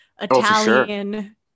Italian